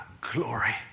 glory